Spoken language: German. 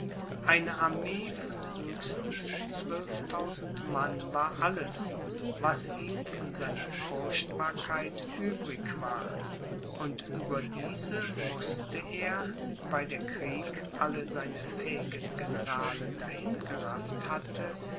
eine armee von höchstens zwölftausend mann war alles was ihm von seiner furchtbarkeit übrig war und über diese mußte er weil der krieg alle seine fähigen generale dahin gerafft hatte